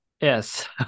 Yes